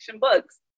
books